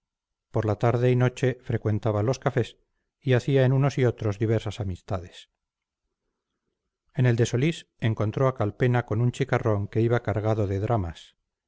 por tarde y noche frecuentaba los cafés y hacía en unos y otros diversas amistades en el de solís encontró a calpena con un chicarrón que iba cargado de dramas